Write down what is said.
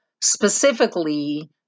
specifically